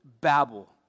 babble